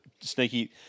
sneaky